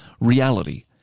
reality